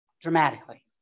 dramatically